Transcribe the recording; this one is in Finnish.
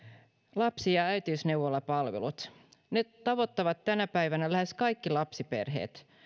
lapsi ja äitiysneuvolapalvelut ne tavoittavat tänä päivänä lähes kaikki lapsiperheet